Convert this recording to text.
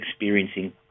experiencing